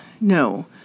no